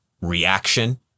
reaction